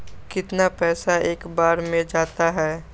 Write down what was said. कितना पैसा एक बार में जाता है?